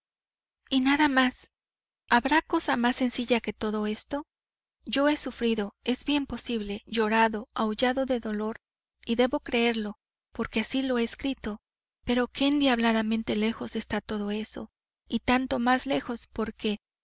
y nada más habrá cosa más sencilla que todo esto yo he sufrido es bien posible llorado aullado de dolor y debo creerlo porque así lo he escrito pero qué endiabladamente lejos está todo eso y tanto más lejos porque y